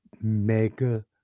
mega